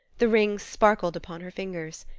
the rings sparkled upon her fingers.